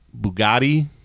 Bugatti